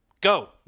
Go